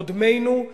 קודמינו,